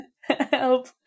help